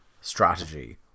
strategy